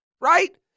Right